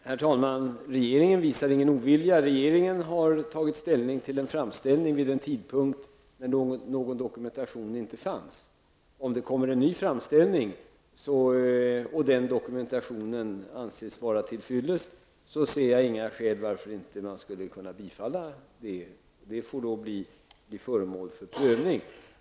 Herr talman! Regeringen visar ingen ovilja. Regeringen har tagit ställning till en framställning vid en tidpunkt då det inte fanns någon dokumentation. Om det kommer en ny framställning och om dokumentationen anses vara till fyllest, ser jag inga skäl till varför man inte skulle kunna bifalla denna ansökan. Detta får då bli föremål för prövning.